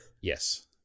Yes